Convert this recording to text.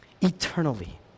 eternally